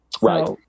Right